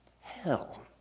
hell